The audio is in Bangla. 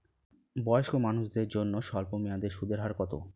বয়স্ক মানুষদের জন্য স্বল্প মেয়াদে সুদের হার কত?